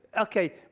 Okay